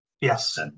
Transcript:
yes